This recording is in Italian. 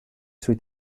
sui